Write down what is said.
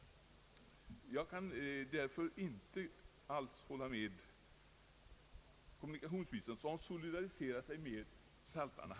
Jag kan därför inte alls hålla med kommunikationsministern som solidariserar sig med saltanhängarna.